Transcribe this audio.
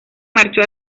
marchó